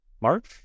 March